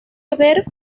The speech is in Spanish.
haber